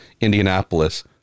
Indianapolis